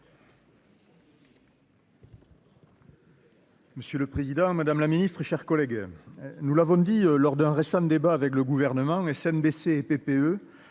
Monsieur le Président, Madame la Ministre, chers collègues, nous l'avons dit lors d'un récent débat avec le gouvernement SMBC TPE